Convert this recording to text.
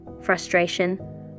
frustration